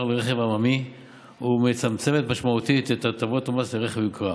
לרכב עממי ומצמצמת משמעותית את הטבות המס לרכב יוקרה,